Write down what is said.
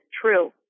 true